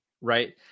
right